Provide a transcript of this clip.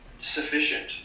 sufficient